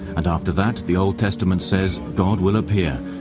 and after that, the old testament says, god will appear,